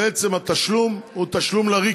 ובעצם התשלום הוא תשלום לריק.